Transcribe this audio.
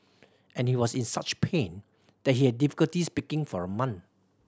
and he was in such pain that he had difficulty speaking for a month